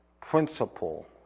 principle